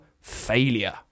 failure